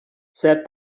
said